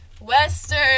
Western